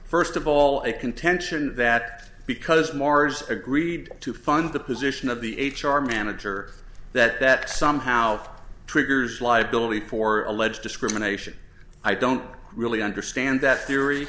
first of all a contention that because mars agreed to fund the position of the h r manager that that somehow triggers liability for alleged discrimination i don't really understand that theory